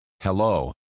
Hello